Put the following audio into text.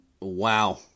Wow